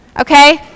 Okay